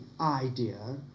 idea